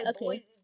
Okay